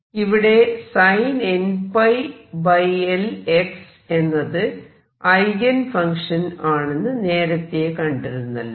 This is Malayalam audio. ഇവിടെ sin nπLx എന്നത് ഐഗൻ ഫങ്ക്ഷൻ ആണെന്ന് നേരത്തെ കണ്ടിരുന്നല്ലോ